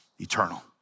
eternal